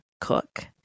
cook